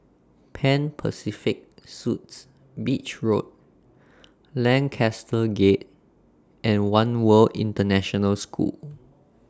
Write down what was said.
Pan Pacific Suites Beach Road Lancaster Gate and one World International School